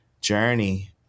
journey